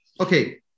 okay